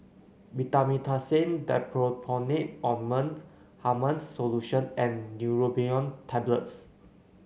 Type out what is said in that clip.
Betamethasone Dipropionate Ointment Hartman's Solution and Neurobion Tablets